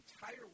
entire